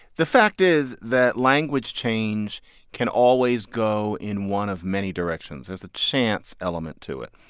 the fact is that language change can always go in one of many directions, there's a chance element to it.